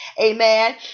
amen